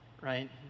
right